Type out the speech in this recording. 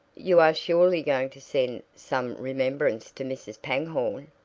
you are surely going to send some remembrance to mrs. pangborn!